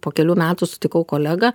po kelių metų sutikau kolegą